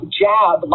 jab